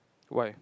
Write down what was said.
why